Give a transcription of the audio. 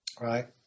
Right